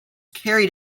carried